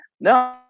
No